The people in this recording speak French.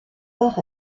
par